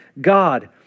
God